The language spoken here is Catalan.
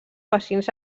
pacients